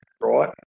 right